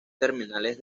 terminales